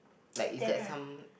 like is that some